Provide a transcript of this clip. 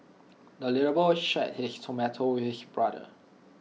the little boy shared his tomato with his brother